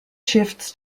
shifts